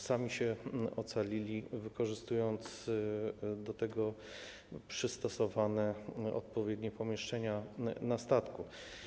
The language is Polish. Sami się ocalili, wykorzystując do tego przystosowane odpowiednie pomieszczenia na statku.